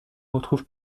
retrouve